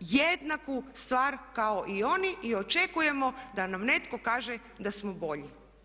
jednaku stvar kao i oni i očekujemo da nam netko kaže da smo bolji.